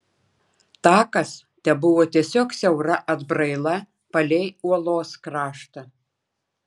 takas tebuvo tiesiog siaura atbraila palei uolos kraštą